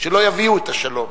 שלא יביאו את השלום,